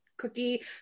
cookie